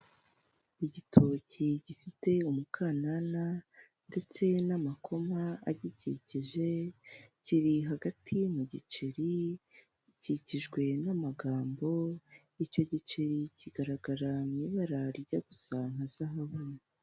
Igitoki gifite umukandanana ndetse n'amakoma agikikije kiri hagati mu giceri gikikijwe n'amagambo, icyo giceri kigaragara mu ibara rijya gusa nka zahabu.